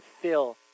fill